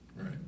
right